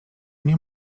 nie